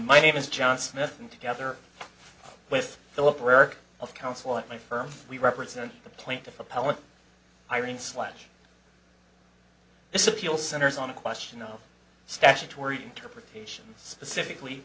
my name is john smith and together with philip where of counsel at my firm we represent the plaintiff appellant irene slash this appeal centers on the question of statutory interpretation specifically